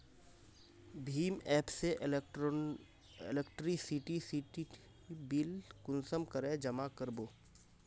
भीम app से electricity bill कुंसम करे जमा कर बो?